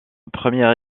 première